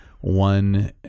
one